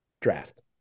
draft